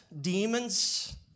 demons